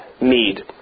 need